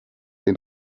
den